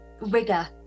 rigor